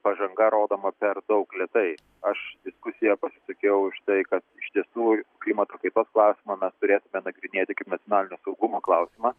pažanga rodoma per daug lėtai aš diskusijo pasisakiau už tai kad iš tiesų klimato kaitos klausimą mes turėtume nagrinėti kaip nacionalinio saugumo klausimą